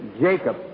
Jacob